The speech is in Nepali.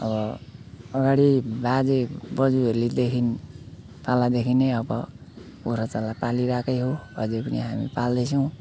अब अगाडि बाजेबजूहरूलेदेखि पालादेखि नै अब कुखुरा चल्ला पालिरहेकै हो अहिले पनि हामी पाल्दैछौँ